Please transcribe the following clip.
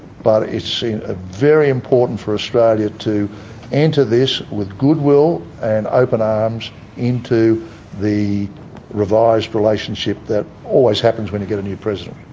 but it's ah very important for australia to enter this with goodwill and open arms into the revised relationship that always happens when you get a new president.